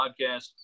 podcast